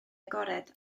agored